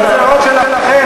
תודה.